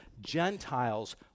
Gentiles